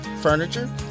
furniture